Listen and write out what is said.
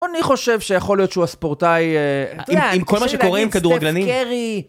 אני חושב שיכול להיות שהוא הספורטאי עם כל מה שקורא עם כדורגלנים...